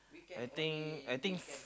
I think I think